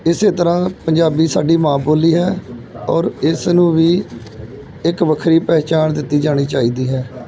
ਇਸ ਤਰ੍ਹਾਂ ਪੰਜਾਬੀ ਸਾਡੀ ਮਾਂ ਬੋਲੀ ਹੈ ਔਰ ਇਸ ਨੂੰ ਵੀ ਇੱਕ ਵੱਖਰੀ ਪਹਿਚਾਣ ਦਿੱਤੀ ਜਾਣੀ ਚਾਹੀਦੀ ਹੈ